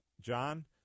John